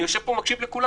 אני יושב פה ומקשיב לכולם: